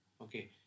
Okay